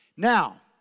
Now